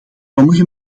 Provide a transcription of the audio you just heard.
sommige